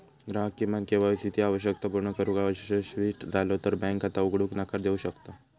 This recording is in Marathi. ग्राहक किमान के.वाय सी आवश्यकता पूर्ण करुक अयशस्वी झालो तर बँक खाता उघडूक नकार देऊ शकता